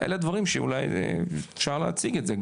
אלה דברים שאולי אפשר להציג את זה,